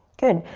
good.